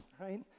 Right